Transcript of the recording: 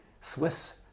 Swiss